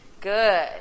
Good